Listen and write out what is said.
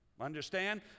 Understand